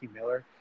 Miller